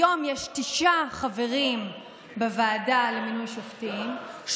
היום יש תשעה חברים בוועדה למינוי שופטים,